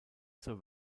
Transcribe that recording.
zur